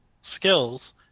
skills